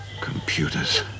Computers